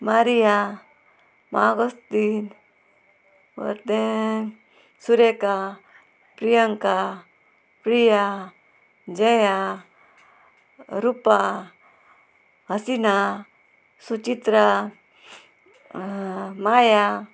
Maria मागोस्तीन परते सुरेका प्रियंका प्रिया जया रुपा हसिना सुचित्रा माया